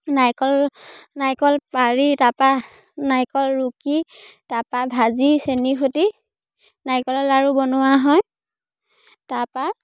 নাৰিকল নাৰিকল পাৰি তাপা নাৰিকল ৰুকি তাৰপৰা ভাজি চেনিৰ সৈতে নাৰিকলৰ লাড়ু বনোৱা হয় তাৰপৰা